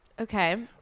Okay